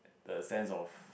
the sense of